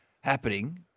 happening